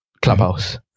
Clubhouse